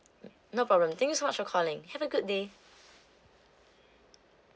no problem thank you so much for calling have a good day